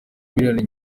miliyoni